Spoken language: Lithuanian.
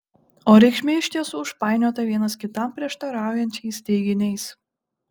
o reikšmė iš tiesų užpainiota vienas kitam prieštaraujančiais teiginiais